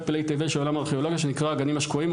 פלאי תבל של העולם הארכיאולוגי שנקרא הגנים השקועים.